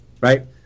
right